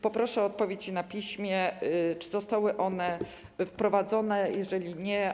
Poproszę o odpowiedź na piśmie: Czy zostały one wprowadzone w życie?